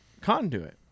conduit